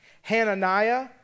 Hananiah